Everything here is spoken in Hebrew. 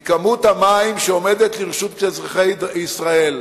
בכמות המים שעומדת לרשות אזרחי ישראל,